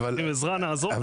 ואם הם צריכים עזרה נעזור להם.